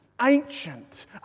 ancient